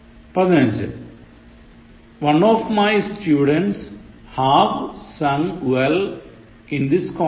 പതിനഞ്ചു One of my students have sung well in this competition